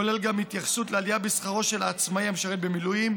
הכולל גם התייחסות לעלייה בשכרו של עצמאי המשרת במילואים.